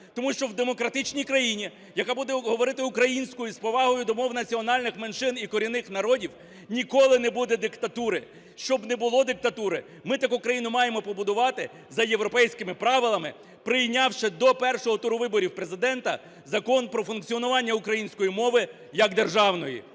Тому що в демократичній країні, яка буде говорити українською з повагою до мов національних меншин і корінних народів, ніколи не буде диктатури. Щоб не було диктатури, ми таку країну маємо побудувати за європейськими правилами, прийнявши до першого туру виборів Президента Закон про функціонування української мови як державної.